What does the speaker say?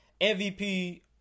MVP